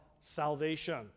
salvation